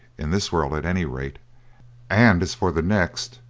in this world at any rate and as for the next,